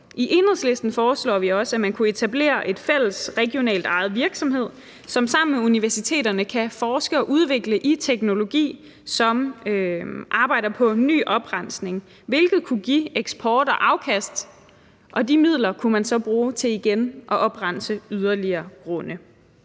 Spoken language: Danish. I Enhedslisten foreslår vi også, at man kunne etablere en fælles regionalt ejet virksomhed, som sammen med universiteterne kan forske og udvikle i teknologi, som arbejder på en ny oprensning, hvilket kunne give eksport og afkast, og de midler kunne man så bruge til igen at oprense yderligere grunde.